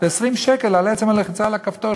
מה לעשות, אי-אפשר.